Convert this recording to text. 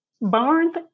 Barnes